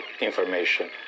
information